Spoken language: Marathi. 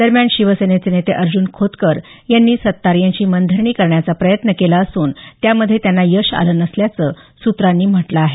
दरम्यान शिवसेनेचे नेते अर्ज़न खोतकर यांनी सत्तार यांची मनधरणी करण्याचा प्रयत्न केला असून त्यामध्ये त्यांना यश आलं नसल्याचं सूत्रांनी म्हटलं आहे